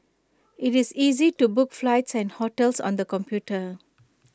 IT is easy to book flights and hotels on the computer